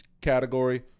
category